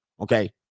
Okay